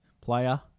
player